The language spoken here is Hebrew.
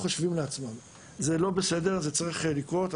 זה לא בסדר, זה צריך לקרות.